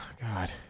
God